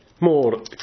more